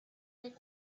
make